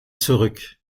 zurück